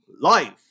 Life